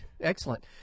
Excellent